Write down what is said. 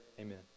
amen